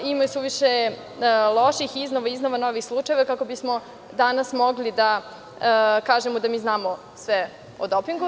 Ima suviše loših i iznova novih slučajeva, kako bismo danas mogli da kažemo da znamo sve o dopingu.